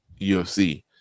UFC